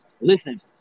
listen